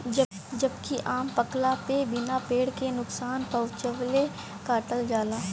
जबकि आम पकला पे बिना पेड़ के नुकसान पहुंचवले काटल जाला